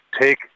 take